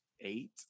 eight